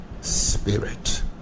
spirit